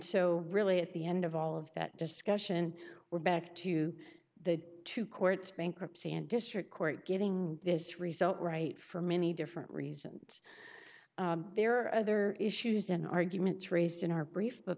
so really at the end of all of that discussion we're back to the two courts bankruptcy and district court getting this result right for many different reasons there are other issues in arguments raised in our brief but